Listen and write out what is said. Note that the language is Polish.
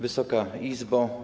Wysoka Izbo!